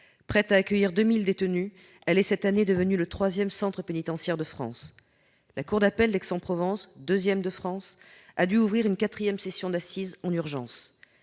Prête à accueillir 2 000 détenus, elle est devenue au cours de cette année le troisième centre pénitentiaire de notre pays. La cour d'appel d'Aix-en-Provence, la deuxième de France, a dû ouvrir une quatrième session d'assises en urgence.